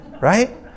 right